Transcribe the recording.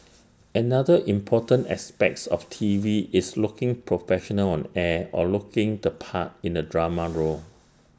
another important aspects of T V is looking professional on air or looking the part in the drama role